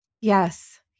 Yes